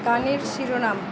গানের শিরোনাম